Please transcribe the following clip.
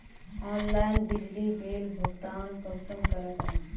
Online बिजली bill भुगतान कुंसम करे करूम?